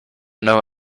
know